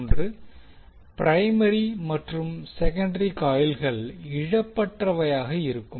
• primary மற்றும் secondary காயில்கள் இழைப்பற்றவையாக இருக்கும்